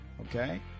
Okay